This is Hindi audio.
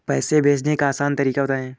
पैसे भेजने का आसान तरीका बताए?